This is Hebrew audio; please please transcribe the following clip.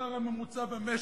מהשכר הממוצע במשק,